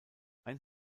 ein